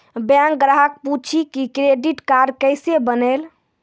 Bank ग्राहक पुछी की क्रेडिट कार्ड केसे बनेल?